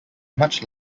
much